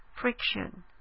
friction